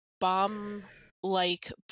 bomb-like